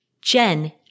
Jen